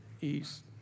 East